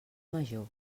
major